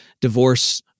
divorce